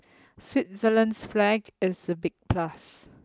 Switzerland's flag is a big plus